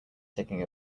taking